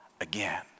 again